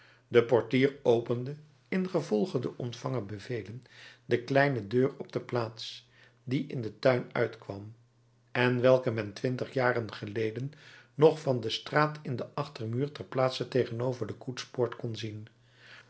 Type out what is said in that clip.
de portier opende ingevolge de ontvangen bevelen de kleine deur op de plaats die in den tuin uitkwam en welke men twintig jaren geleden nog van de straat in den achtermuur der plaats tegenover de koetspoort kon zien